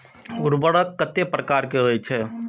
उर्वरक कतेक प्रकार के होई छै?